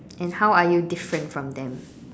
and how are you different from them